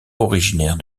originaire